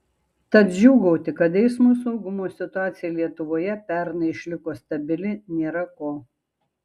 tad džiūgauti kad eismo saugumo situacija lietuvoje pernai išliko stabili nėra ko